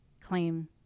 claim